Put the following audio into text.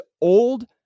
old